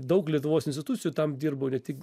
daug lietuvos institucijų tam dirbo ne tik